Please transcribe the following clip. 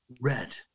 Red